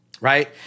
right